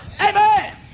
Amen